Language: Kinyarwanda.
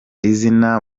izina